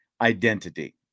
identity